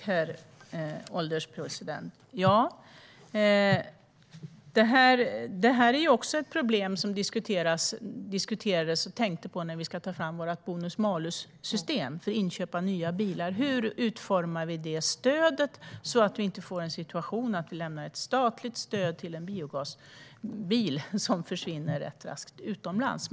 Herr ålderspresident! Detta är också ett problem som diskuterades och som vi tänkte på när vi skulle ta fram vårt bonus-malus-system för inköp av nya bilar. Hur utformar vi det stödet så att vi inte får en situation där vi lämnar statligt stöd till en biogasbil som rätt raskt försvinner utomlands?